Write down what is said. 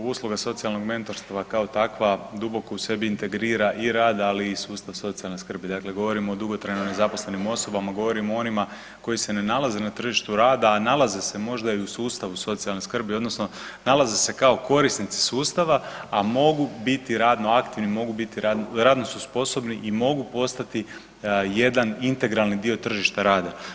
Usluga socijalnog mentorstva kao takva, duboko u sebi integrira i rad ali i sustav socijalne skrbi, dakle govorimo o dugotrajno nezaposlenim osobama, govorimo o onima koji se nalaze na tržištu rada a nalaze se možda i sustavu socijalne skrbi odnosno nalaze se kao korisnici sustava a mogu biti radno aktivni, radno su sposobni i mogu postati jedan integralni dio tržišta rada.